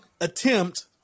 attempt